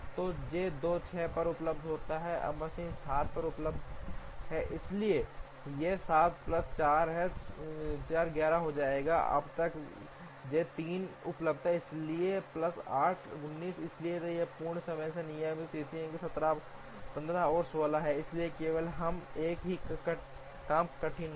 तो जे 2 6 पर उपलब्ध है अब मशीन 7 पर उपलब्ध है इसलिए यह 7 प्लस 4 11 हो जाएगा तब तक जे 3 उपलब्ध है इसलिए प्लस 8 19 इसलिए ये पूर्ण समय हैं नियत तिथियां 7 15 और 16 हैं इसलिए केवल एक ही काम कठिन है